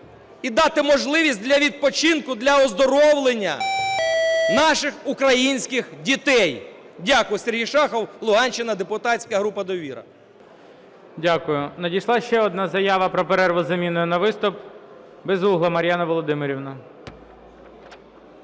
і дати можливість для відпочинку, для оздоровлення наших українських дітей. Дякую. Сергій Шахов, Луганщина, депутатська група "Довіра". ГОЛОВУЮЧИЙ. Дякую. Надійшла ще одна заява про перерву з заміною на виступ. Безугла Мар'яна Володимирівна.